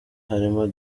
harimo